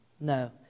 No